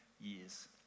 years